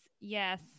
Yes